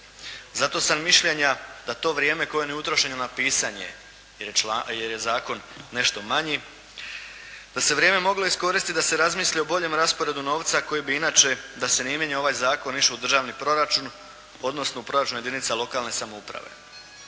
Zato sam mišljenja da to vrijeme koje je neutrošeno na pisanje jer je zakon nešto manji da se vrijeme moglo iskoristiti da se razmisli o bolje raspodjelu novca koji bi inače da se ne mijenja ovaj zakon išao u državni proračun, odnosno u proračun jedinica lokalne samouprave.